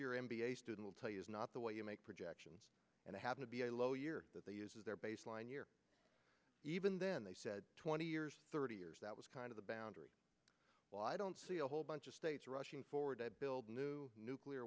year m b a student would tell you is not the way you make projections and i happen to be a lawyer that they use their baseline year even then they said twenty years thirty years that was kind of a battery well i don't see a whole bunch of states rushing forward to build new nuclear